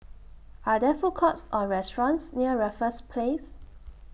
Are There Food Courts Or restaurants near Raffles Place